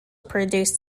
produced